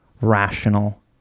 rational